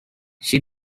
she